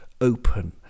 open